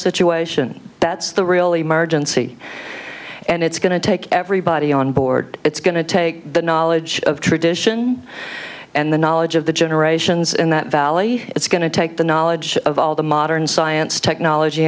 situation that's the real emergency and it's going to take everybody on board it's going to take the knowledge of tradition and the knowledge of the generations in that valley it's going to take the knowledge of all the modern science technology